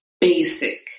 basic